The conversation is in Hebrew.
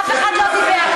אף אחד לא דיבר.